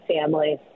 family